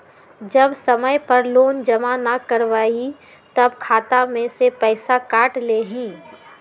जब समय पर लोन जमा न करवई तब खाता में से पईसा काट लेहई?